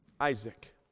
Isaac